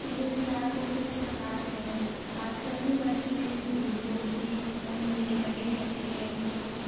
मेरे विचार कुछ इस प्रकार हैं आजकल के बच्चे जो कि फ़ोन में लगे रहते हैं तो